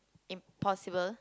impossible